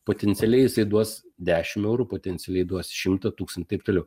potencialiai jisai įduos dešimt eurų potencialiai duos šimtą tūkstantį taip toliau